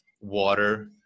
water